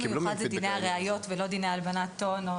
מה שמיוחד בדיני הראיות ולא דיני הלבנת הון או